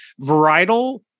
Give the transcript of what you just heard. Varietal